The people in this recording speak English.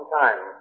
time